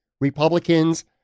Republicans